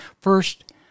First